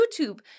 YouTube